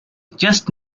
just